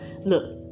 look